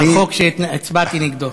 החוק שהצבעתי נגדו.